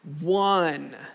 one